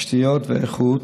התשתיות והאיכות,